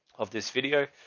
of this video.